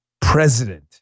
president